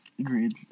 Agreed